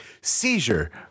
seizure